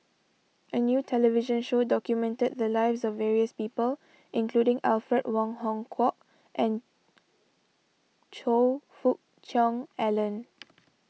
a new television show documented the lives of various people including Alfred Wong Hong Kwok and Choe Fook Cheong Alan